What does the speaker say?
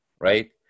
right